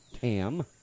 Tam